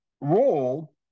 role